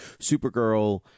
Supergirl